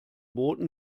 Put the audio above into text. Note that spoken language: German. boten